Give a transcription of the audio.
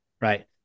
right